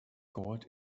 gold